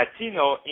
Latino